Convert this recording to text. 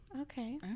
okay